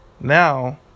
Now